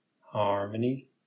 harmony